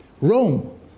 Rome